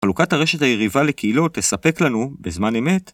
חלוקת הרשת היריבה לקהילות תספק לנו בזמן אמת.